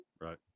Right